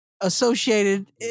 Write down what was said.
associated